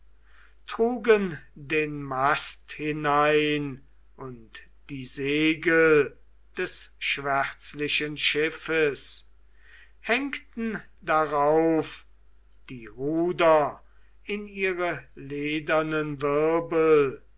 trugen den mast hinein und die segel des schwärzlichen schiffes hängten darauf die ruder in ihre ledernen wirbel